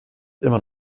immer